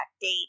date